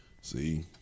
See